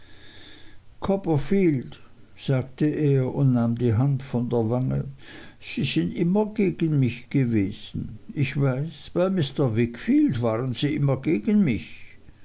copperfield sagte er und nahm die hand von der wange sie sind immer gegen mich gewesen ich weiß bei mr wickfield waren sie immer gegen mich